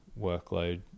workload